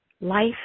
life